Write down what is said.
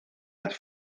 las